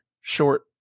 short